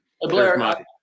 blair